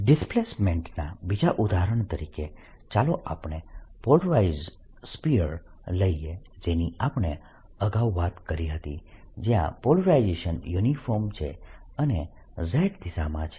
ડિસ્પ્લેસમેન્ટના બીજા ઉદાહરણ તરીકે ચાલો આપણે પોલરાઇઝડ સ્ફીયર લઈએ જેની આપણે અગાઉ વાત કરી હતી જ્યા પોલરાઇઝેશન યુનિફોર્મ છે અને Z દિશામાં છે